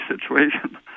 situation